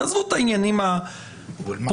תעזבו את העניינים הפרוצדורליים,